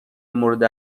مورد